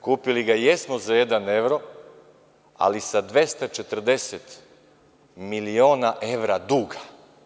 Kupili ga jesmo za jedan evro, ali sa 240 miliona evra duga.